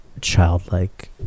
childlike